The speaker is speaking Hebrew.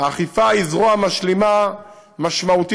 האכיפה היא זרוע משלימה משמעותית,